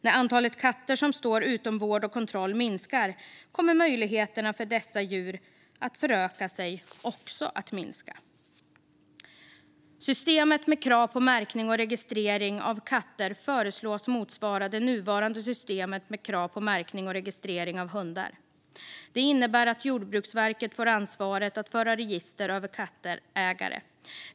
När antalet katter som står utom vård och kontroll minskar kommer också möjligheterna för dessa djur att föröka sig att minska. Systemet med krav på märkning och registrering av katter föreslås motsvara det nuvarande systemet med krav på märkning och registrering av hundar. Det innebär att Jordbruksverket får ansvaret att föra register över kattägare.